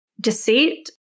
deceit